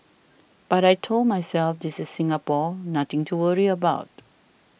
but I told myself this is Singapore nothing to worry about